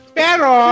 pero